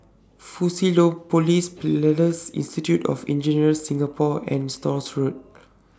Fusionopolis Institute of Engineers Singapore and Stores Road